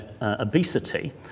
obesity